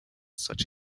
such